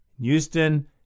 Houston